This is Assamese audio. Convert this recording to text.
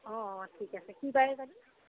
অঁ ঠিক আছে কি বাৰে যাবি